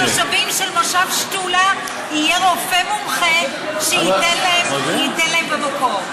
ולתושבים של מושב שתולה יהיה רופא מומחה שייתן להם שירות במקום.